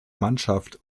mannschaft